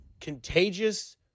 contagious